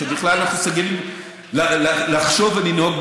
לא כל השרים.